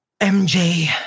MJ